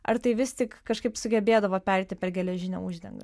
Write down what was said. ar tai vis tik kažkaip sugebėdavo pereiti per geležinę uždangą